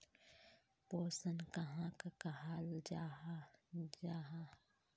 पोषण कहाक कहाल जाहा जाहा?